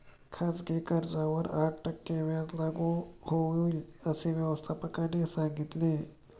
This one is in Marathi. खाजगी कर्जावर आठ टक्के व्याज लागू होईल, असे व्यवस्थापकाने सांगितले